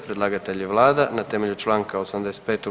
Predlagatelj je vlada na temelju čl. 85.